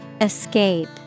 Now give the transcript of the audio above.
Escape